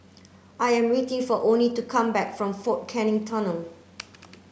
I am waiting for Oney to come back from Fort Canning Tunnel